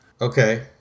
Okay